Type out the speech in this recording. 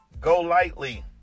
Golightly